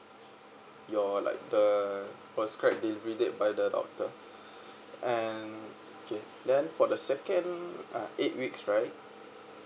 you're like the prescribe delivery date by the doctor and okay then for the second uh eight weeks right